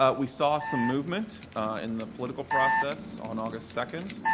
ah we saw some movement in the political process on august second.